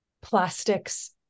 plastics